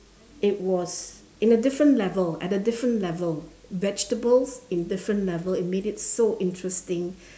it was in a different level at a different level vegetables in different levels it made it so interesting